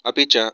अपि च